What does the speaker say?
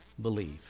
believe